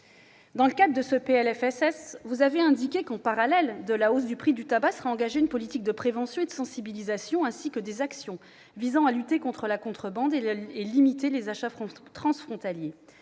la sécurité sociale, vous avez indiqué qu'en parallèle à la hausse du prix du tabac sera engagée une politique de prévention et de sensibilisation, ainsi que des actions visant à lutter contre la contrebande et à limiter les achats transfrontaliers.